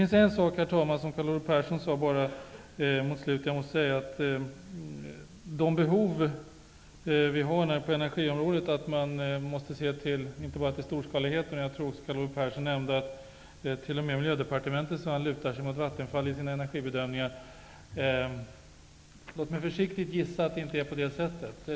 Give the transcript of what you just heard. Herr talman! Karl Olov Persson tog mot slutet av sitt anförande upp att de behov vi har på energiområdet innebär att man måste se inte bara till storskaligheten. Jag tror också att Karl Olov Persson nämnde att t.o.m. Miljödepartementet lutar sig mot Vattenfall i sina energibedömningar. Låt mig försiktigt gissa att det inte är på det sättet.